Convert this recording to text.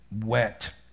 wet